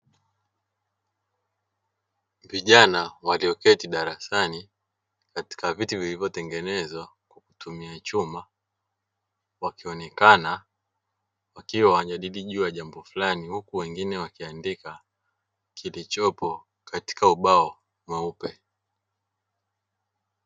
Vijana walioketi darasani katika viti vilivyotengenezwa kwa kutumia chuma, wakionekana wakiwa wanajadili juu ya jambo fulani huku wengine wakiandika kilichopo katika ubao mweupe.